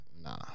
Nah